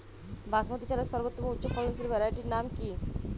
বাসমতী চালের সর্বোত্তম উচ্চ ফলনশীল ভ্যারাইটির নাম কি?